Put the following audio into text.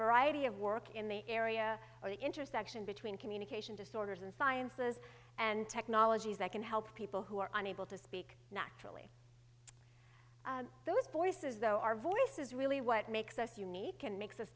variety of work in the area of the intersection between communication disorders and sciences and technologies that can help people who are unable to speak naturally those voices though our voice is really what makes us unique and makes us